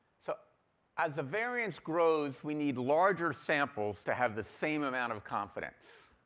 so as the variance grows, we need larger samples to have the same amount of confidence.